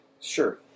Sure